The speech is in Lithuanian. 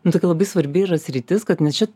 nu tokia labai svarbi yra sritis kad nes čia